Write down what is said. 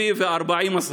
"ביבי ו-40 השרים".